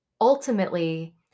ultimately